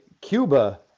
Cuba